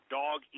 dog